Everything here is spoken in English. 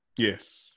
Yes